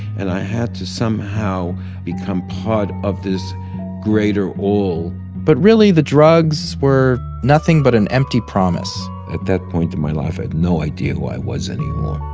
and i had to somehow become part of this greater all but really, the drugs were nothing but an empty promise at that point in my life, i had no idea who i was anymore